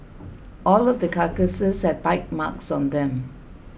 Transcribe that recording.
all of the carcasses have bite marks on them